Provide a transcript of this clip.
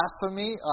blasphemy